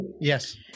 Yes